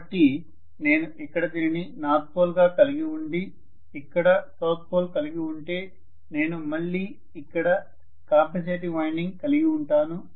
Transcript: కాబట్టి నేను ఇక్కడ దీనిని నార్త్ పోల్ గా కలిగి ఉండి ఇక్కడ సౌత్ పోల్ కలిగి ఉంటే నేను మళ్ళీ ఇక్కడ కాంపెన్సేటింగ్ వైండింగ్ కలిగి ఉంటాను